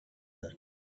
that